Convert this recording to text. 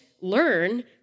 learn